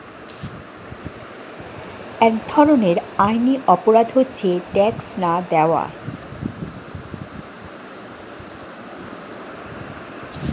এক ধরনের আইনি অপরাধ হচ্ছে ট্যাক্স না দেওয়া